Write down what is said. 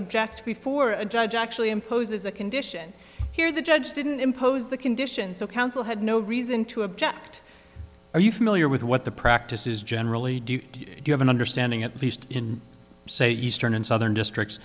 object before a judge actually imposes a condition here the judge didn't impose the conditions so counsel had no reason to object are you familiar with what the practice is generally do you have an understanding at least in say eastern and southern districts